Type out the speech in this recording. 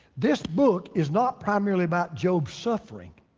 this book is not primarily about job suffering,